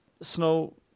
snow